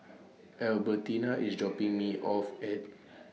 Albertina IS dropping Me off At